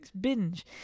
binge